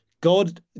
god